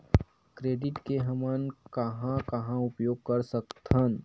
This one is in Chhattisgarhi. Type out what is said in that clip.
क्रेडिट के हमन कहां कहा उपयोग कर सकत हन?